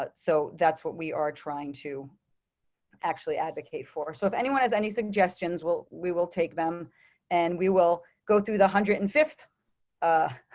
but so that's what we are trying to actually advocate for so if anyone has any suggestions will, we will take them and we will go through the hundred and fifty ah